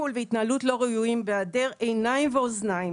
טיפול והתנהלות לא ראויים בהיעדר עיניים ואוזניים